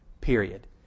Period